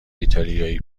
ایتالیایی